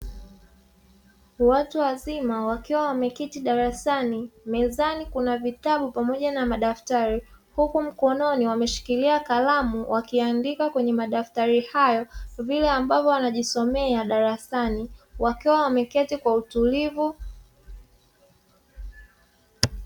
Watu wazima wakiwa wameketi darasani, mezani kuna vitabu pamoja na madaftari, huku mkononi wameshikilia kalamu wakiandika kwenye madaftari hayo vile ambavyo wanajisomea darasani, wakiwa wameketi kwa utulivu.